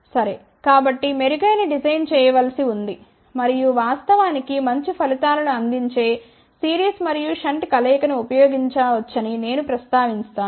సరే కాబట్టి మెరుగైన డిజైన్ చేయవలసి ఉంది మరియు వాస్తవానికి మంచి ఫలితాలను అందించే సిరీస్ మరియు షంట్ కలయికను ఉపయోగించవచ్చని నేను ప్రస్తావించాను